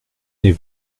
n’est